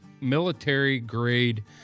military-grade